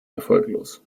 erfolglos